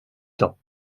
temps